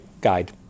guide